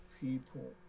people